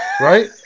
Right